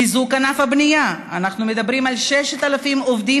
חיזוק ענף הבנייה: אנחנו מדברים על 6,000 עובדים